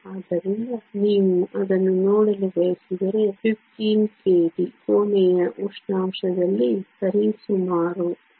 ಆದ್ದರಿಂದ ನೀವು ಅದನ್ನು ನೋಡಲು ಬಯಸಿದರೆ 15kT ಕೋಣೆಯ ಉಷ್ಣಾಂಶದಲ್ಲಿ ಸರಿಸುಮಾರು 0